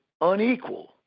unequal